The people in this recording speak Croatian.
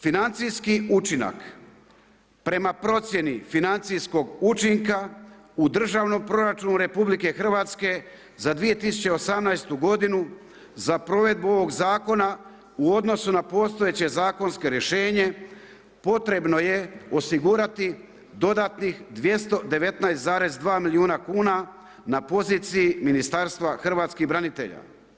Financijski učinak prema procjeni financijskog učinka u državnom proračunu RH za 2018. godinu za provedbu ovog zakona u odnosu na postojeće zakonsko rješenje, potrebno je osigurati dodatnih 219,2 milijuna kuna na poziciji Ministarstva hrvatskih branitelja.